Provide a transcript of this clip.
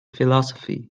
philosophy